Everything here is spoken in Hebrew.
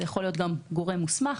זה יכול להיות גם גורם מוסמך,